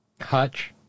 Hutch